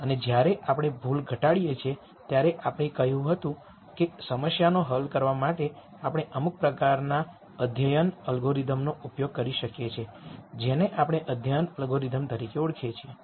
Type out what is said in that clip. અને જ્યારે આપણે ભૂલ ઘટાડીએ છીએ ત્યારે આપણે કહ્યું હતું કે સમસ્યાને હલ કરવા માટે આપણે અમુક પ્રકારના ગ્રેડીએંટ આધારિત અલ્ગોરિધમનો ઉપયોગ કરી શકીએ છીએ જેને આપણે લર્નિંગ એલ્ગોરિધમ તરીકે ઓળખીએ છીએ